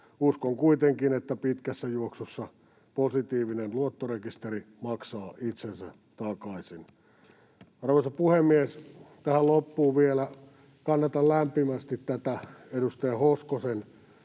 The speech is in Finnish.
Uskon kuitenkin, että pitkässä juoksussa positiivinen luottorekisteri maksaa itsensä takaisin. Arvoisa puhemies! Tähän loppuun vielä: Kannatan lämpimästi edustaja Hoskosen